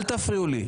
אל תפריעו לי.